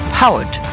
powered